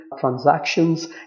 transactions